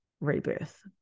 rebirth